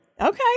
okay